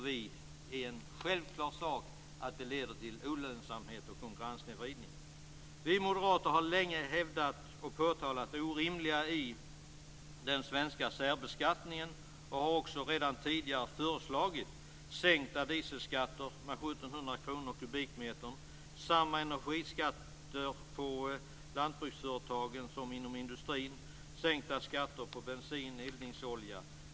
Vi moderater har länge hävdat och påtalat det orimliga i den svenska särbeskattningen och har också tidigare föreslagit sänkta dieselskatter med 1 700 kr per kubikmeter samt samma energiskatter på lantbruksföretagen som inom industrin och sänkta skatter på bensin och eldningsolja.